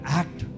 act